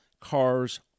cars